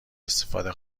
استفاده